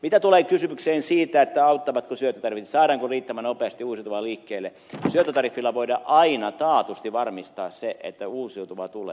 mitä tulee kysymykseen siitä auttavatko syöttötariffit saadaanko riittävän nopeasti uusiutuva liikkeelle niin syöttötariffilla voidaan aina taatusti varmistaa se että uusiutuvaa tulee